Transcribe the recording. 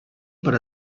per